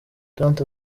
don’t